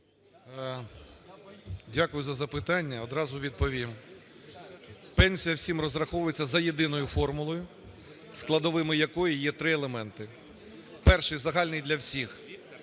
Дякую за запитання. Одразу відповім. Пенсія всім розраховується за єдиною формулою, складовими якої є три елементи. Перший загальний для всіх